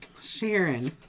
Sharon